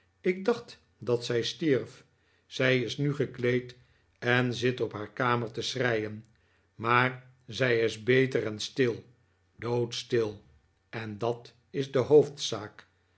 ik dacht dat zij stierf zij is nu gekleed en zit op haar kamer te schreien maar zij is beter en stil doodstil en dat is de hoofdzaak